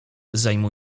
wypadków